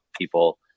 people